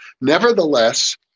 Nevertheless